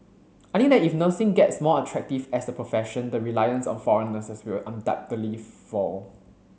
I that if nursing gets more attractive as a profession the reliance on foreign nurses will undoubtedly fall